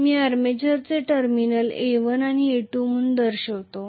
मी armature terminal A1 आणि A2 म्हणून दर्शवितो